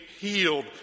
healed